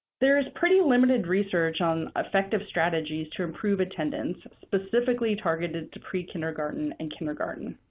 there is pretty limited research on effective strategies to improve attendance, specifically targeted to prekindergarten and kindergarten.